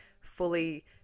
fully